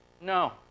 no